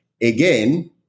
Again